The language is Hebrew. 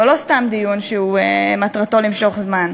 אבל לא סתם דיון שמטרתו למשוך זמן,